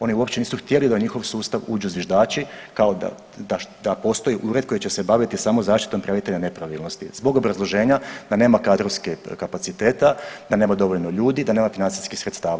Oni uopće nisu htjeli da u njihov sustav uđu zviždači kao da postoji ured koji će se baviti samo zaštitom prijavitelja nepravilnosti zbog obrazloženja da nema kadrovskih kapaciteta, da nema dovoljno ljudi, da nema financijskih sredstava.